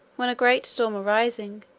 when a great storm arising,